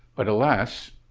but alas,